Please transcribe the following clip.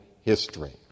history